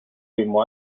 mismo